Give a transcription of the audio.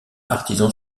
artisan